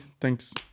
Thanks